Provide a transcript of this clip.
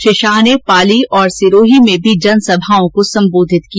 श्री शाह ने पाली और सिरोही में भी जनसभाओं को संबोधित किया